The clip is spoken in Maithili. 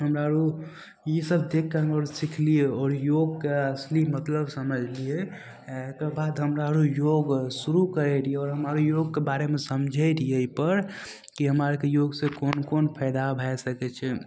हमरा रऽ ईसब देखिके हम आओर सिखलिए आओर योगके असली मतलब समझलिए एकरबाद हमरा रऽ योग शुरू करै रहिए आओर हम आओर योगके बारेमे समझै रहिए एहिपर कि हमरा आओरके योगसे कोन कोन फायदा भै सकै छै